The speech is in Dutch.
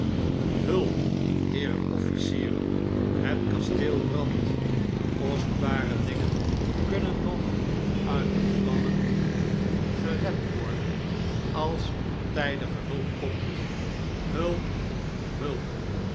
hulp heeren offlcieren het kasteel brandt kostbare dingen kunnen nog uit de vlammen gered worden als er tndige hulp komt hulp hulp